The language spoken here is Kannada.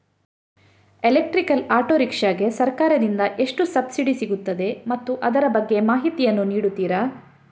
ಎಲೆಕ್ಟ್ರಿಕಲ್ ಆಟೋ ರಿಕ್ಷಾ ಗೆ ಸರ್ಕಾರ ದಿಂದ ಎಷ್ಟು ಸಬ್ಸಿಡಿ ಸಿಗುತ್ತದೆ ಮತ್ತು ಅದರ ಬಗ್ಗೆ ಮಾಹಿತಿ ಯನ್ನು ನೀಡುತೀರಾ?